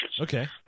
Okay